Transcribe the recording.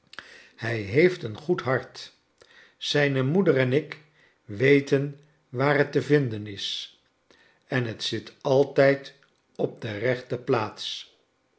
hrj heeft een goed hart zijne moeder en ik weten waar het te vinden is en het zit altijd op de rechte plaats